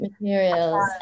materials